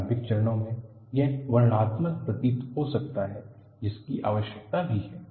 प्रारंभिक चरणों में यह वर्णनात्मक प्रतीत हो सकता है जिसकी आवश्यकता भी है